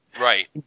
Right